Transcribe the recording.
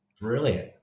Brilliant